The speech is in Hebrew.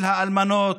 של האלמנות,